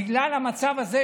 בגלל המצב הזה,